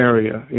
Area